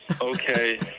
okay